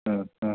മ്മ് മ്മ്